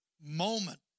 moment